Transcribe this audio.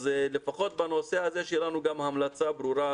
אז לפחות בנושא הזה שיהיה לנו גם המלצה ברורה